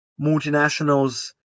multinationals